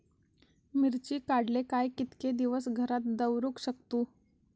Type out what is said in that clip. मिर्ची काडले काय कीतके दिवस घरात दवरुक शकतू?